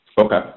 Okay